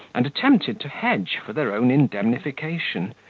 and attempted to hedge for their own indemnification,